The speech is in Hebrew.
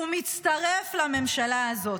הוא מצטרף לממשלה הזאת?